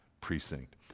precinct